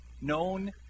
known